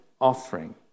offering